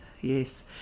yes